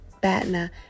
BATNA